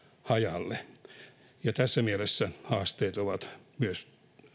hajalle tässä mielessä haasteet ovat myös